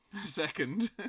Second